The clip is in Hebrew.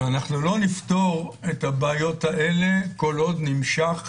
ולא נפתור את הבעיות האלה כל עוד נמשך